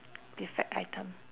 defect item